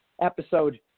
episode